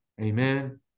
Amen